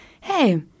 hey